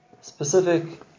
specific